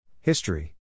History